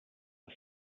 das